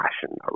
passion